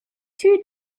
two